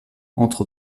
entre